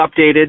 updated